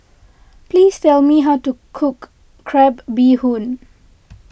please tell me how to cook Crab Bee Hoon